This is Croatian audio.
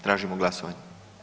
Tražimo glasovanje.